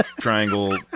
triangle